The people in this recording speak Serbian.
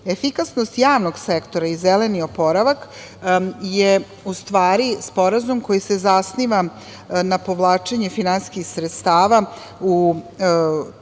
projektima. Efikasnost javnog sektora i zeleni oporavak je u stvari sporazum koji se zasniva na povlačenje finansijskih sredstava u